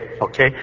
Okay